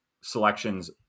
selections